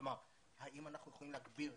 כלומר האם אנחנו יכולים להגביר,